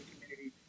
community